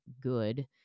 good